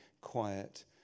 quiet